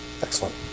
Excellent